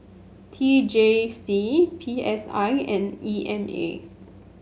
T J C P S I and E M A